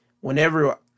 whenever